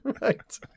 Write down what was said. right